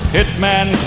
Hitman